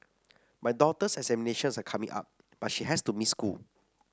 my daughter's examinations are coming up but she has to miss school